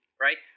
right